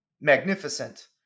magnificent